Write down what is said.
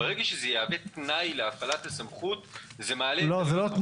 ברגע שזה יהווה תנאי להפעלת הסמכות --- זה לא תנאי.